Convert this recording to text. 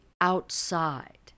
outside